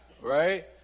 Right